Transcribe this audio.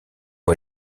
eau